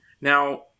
Now